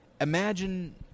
Imagine –